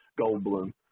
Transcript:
Goldblum